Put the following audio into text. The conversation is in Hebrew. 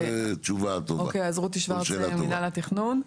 רותי שוורץ, מינהל התכנון.